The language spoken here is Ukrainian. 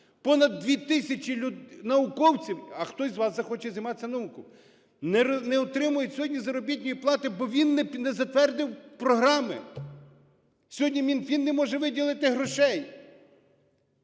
Понад 2 тисячі науковців… А хто із вас захоче займатися наукою? Не отримують сьогодні заробітної плати, бо він не затвердив програми. Сьогодні Мінфін не може виділити грошей.